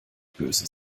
böse